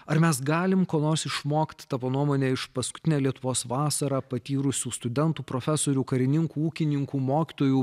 ar mes galim ko nors išmokt tavo nuomone iš paskutinę lietuvos vasarą patyrusių studentų profesorių karininkų ūkininkų mokytojų